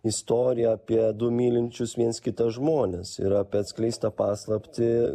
istoriją apie du mylinčius viens kitą žmones ir apie atskleistą paslaptį